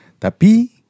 Tapi